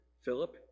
Philip